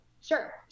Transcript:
Sure